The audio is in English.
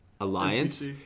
Alliance